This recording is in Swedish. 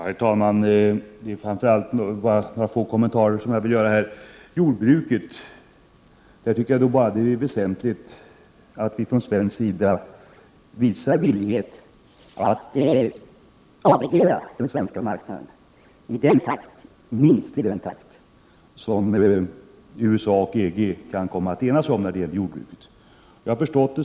Herr talman! Jag vill bara göra några få kommentarer. Jordbruket: Det är väsentligt att vi från svensk sida visar villighet att avreglera den svenska marknaden, minst i den takt som USA och EG kan komma att enas om för jordbruket.